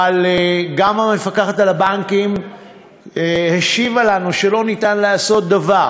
אבל גם המפקחת על הבנקים השיבה לנו שאי-אפשר לעשות דבר.